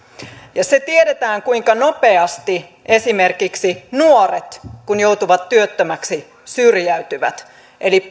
ja se tiedetään kuinka nopeasti esimerkiksi nuoret kun joutuvat työttömäksi syrjäytyvät eli